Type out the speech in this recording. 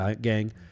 gang